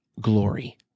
glory